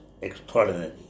extraordinary